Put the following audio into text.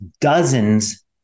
dozens